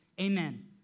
amen